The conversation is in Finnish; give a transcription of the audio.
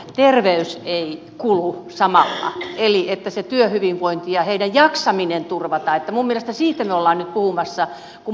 terveys ei kulu samalla eli että se työhyvinvointi ja heidän jaksamisensa turvataan minun mielestäni siitä me olemme nyt puhumassa kun me puhumme täällä